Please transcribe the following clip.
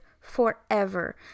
forever